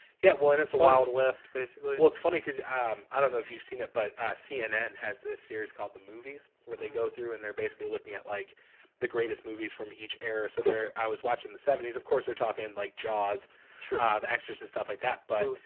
yeah, well in this world list basically well it's funny cuz um i don't know if you've seen it but cnn has this series called the movies where they go through and they're basically looking at like the greatest movies from each error so there i was watching the seventy s. of course, they're talking like jaws sure ah exercises stuff like that, but